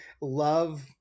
love